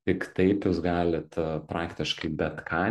tik taip jūs galit praktiškai bet ką